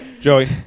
Joey